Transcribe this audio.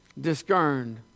Discerned